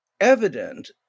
evident